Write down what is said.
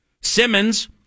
Simmons